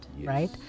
right